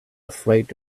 afraid